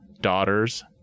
daughter's